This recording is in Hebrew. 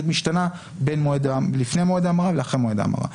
משתנה לפני מועד ההמרה ואחרי מועד ההמרה.